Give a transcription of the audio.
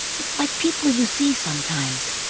it's like people you see sometimes,